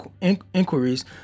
inquiries